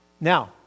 Now